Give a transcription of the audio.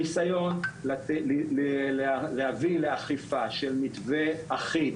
הניסיון להביא לאכיפה של מתווה אחיד